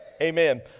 amen